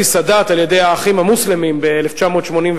סאדאת על-ידי "האחים המוסלמים" ב-1981.